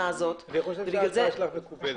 הזאת --- אני חושב שההצעה שלך מקובלת.